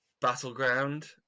Battleground